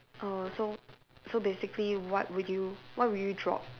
err so so basically what would you what would you drop